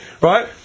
Right